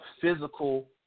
physical